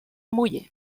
muller